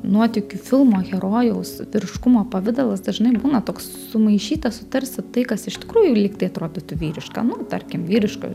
nuotykių filmo herojaus vyriškumo pavidalas dažnai būna toks sumaišytas tarsi tai kas iš tikrųjų lyg tai atrodytų vyriška nu tarkim vyriška